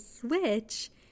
switch